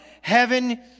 Heaven